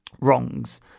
wrongs